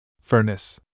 Furnace